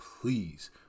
please